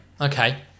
Okay